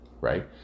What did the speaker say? right